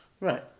Right